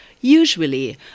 usually